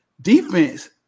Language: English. defense